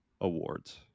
Awards